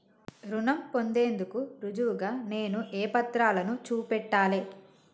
రుణం పొందేందుకు రుజువుగా నేను ఏ పత్రాలను చూపెట్టాలె?